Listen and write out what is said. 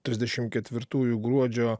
trisdešimt ketvirtųjų gruodžio